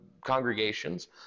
congregations